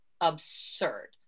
absurd